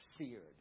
seared